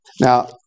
Now